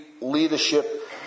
leadership